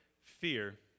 fear